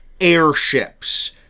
airships